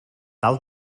tal